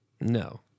no